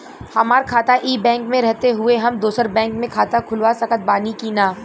हमार खाता ई बैंक मे रहते हुये हम दोसर बैंक मे खाता खुलवा सकत बानी की ना?